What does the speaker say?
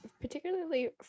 particularly